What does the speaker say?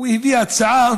הוא הביא הצעה